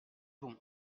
bon